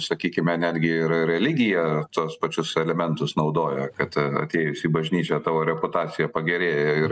sakykime netgi ir religija tuos pačius elementus naudoja kad atėjus į bažnyčią tavo reputacija pagerėja ir